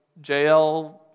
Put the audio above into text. JL